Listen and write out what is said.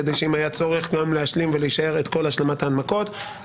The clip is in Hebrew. כדי שאם יהיה צורך להשלים ולהישאר את כל השלמת ההנמקות,